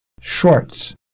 shorts